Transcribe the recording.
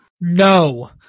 No